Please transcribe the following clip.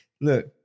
Look